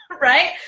right